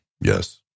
Yes